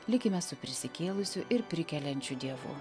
likime su prisikėlusiu ir prikeliančiu dievu